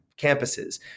campuses